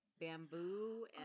bamboo